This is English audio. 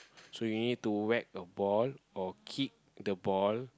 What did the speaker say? so you need to whack a ball or kick the ball